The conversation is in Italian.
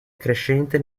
crescente